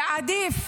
עדיף